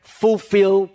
fulfill